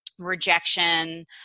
rejection